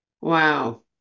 Wow